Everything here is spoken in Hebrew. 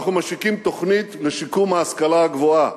אנחנו משיקים תוכנית לשיקום ההשכלה הגבוהה,